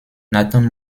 nathan